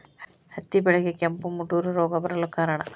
ಹತ್ತಿ ಬೆಳೆಗೆ ಕೆಂಪು ಮುಟೂರು ರೋಗ ಬರಲು ಕಾರಣ?